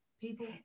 people